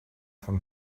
from